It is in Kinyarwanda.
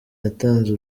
yatanze